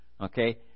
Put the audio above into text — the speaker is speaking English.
Okay